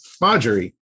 Marjorie